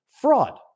Fraud